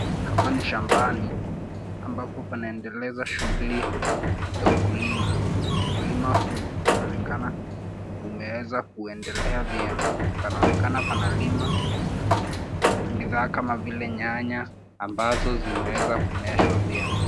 Hapa ni shambani ambapo panaendelezwa shughuli ya ukulima. Ukulima huu unaonekana umeweza kuendelea vyema. Panaonekana panalimwa bidhaa kama vile nyanya ambazo zimeweza kumeeshwa vyema.